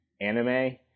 anime